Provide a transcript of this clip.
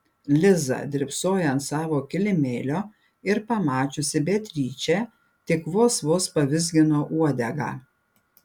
liza drybsojo ant savo kilimėlio ir pamačiusi beatričę tik vos vos pavizgino uodegą